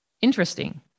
Interesting